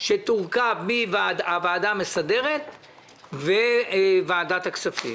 שתורכב מוועדה מסדרת וועדת הכספים,